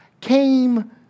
came